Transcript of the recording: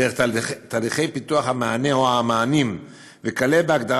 דרך תהליכי פיתוח המענה או המענים וכלה בהגדרה